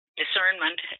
discernment